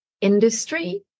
industry